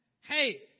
hey